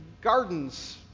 gardens